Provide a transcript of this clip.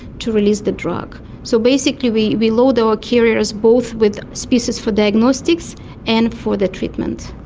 to release the drug. so basically we we load our carriers both with spaces for diagnostics and for the treatment.